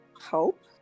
help